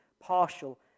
partial